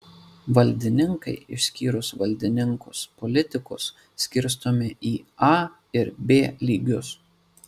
valdininkai išskyrus valdininkus politikus skirstomi į a ir b lygius